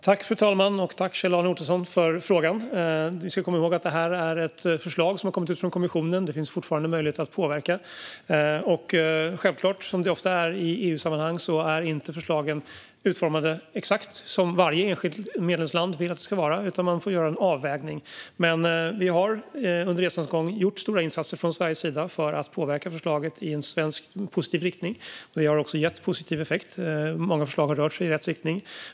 Fru talman! Tack, Kjell-Arne Ottosson, för frågan! Vi ska komma ihåg att detta är ett förslag från kommissionen - det finns fortfarande möjligheter att påverka. Och som det ofta är i EU-sammanhang är förslagen självklart inte utformade exakt som varje enskilt medlemsland vill att de ska vara. Man får göra en avvägning. Men vi har under resans gång gjort stora insatser från Sveriges sida för att påverka förslagen i en svensk positiv riktning. Det har också gett positiv effekt. Många förslag har rört sig i rätt riktning.